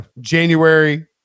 January